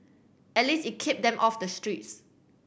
at least it kept them off the streets